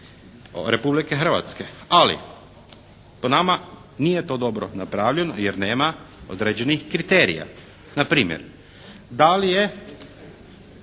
Republike Hrvatske. Ali po nama nije to dobro napravljeno jer nema određenih kriterija. Na primjer da li je